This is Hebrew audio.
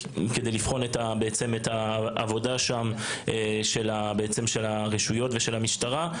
כדי לבחון את העבודה שנעשית שם על ידי הרשויות והמשטרה.